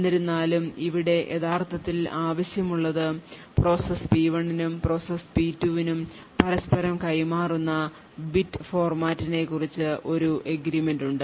എന്നിരുന്നാലും ഇവിടെ യഥാർത്ഥത്തിൽ ആവശ്യമുള്ളത് പ്രോസസ് P1 നും പ്രോസസ് P2 നും പരസ്പരം കൈമാറുന്ന ബിറ്റ് ഫോർമാറ്റിനെക്കുറിച്ച് ഒരു agreement ഉണ്ട്